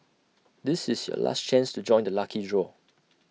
this is your last chance to join the lucky draw